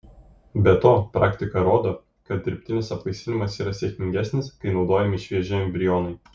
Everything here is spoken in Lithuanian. be to praktika rodo kad dirbtinis apvaisinimas yra sėkmingesnis kai naudojami švieži embrionai